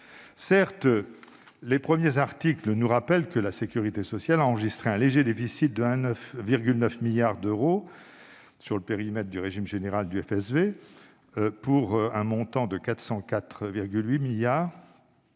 Certes, les premiers articles nous rappellent que la sécurité sociale a enregistré un léger déficit de 1,9 milliard d'euros sur le périmètre du régime général et du FSV, pour un montant de dépenses de 404,8 milliards